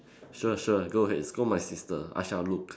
sure sure go ahead and scold my sister I shall look